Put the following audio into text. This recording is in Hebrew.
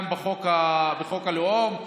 גם בחוק הלאום,